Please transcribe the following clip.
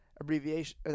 abbreviation